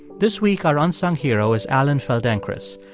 this week, our unsung hero is alan feldenkris.